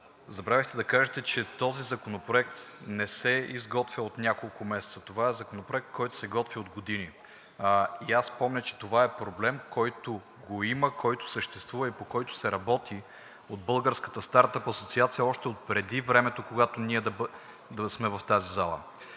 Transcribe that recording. Забравихте да кажете, че този законопроект не се изготвя от няколко месеца, това е законопроект, който се готви от години и аз помня, че това е проблем, който го има, който съществува и по който се работи по Българската стартъп асоциация още отпреди времето, в което ние да сме в тази зала.